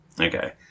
okay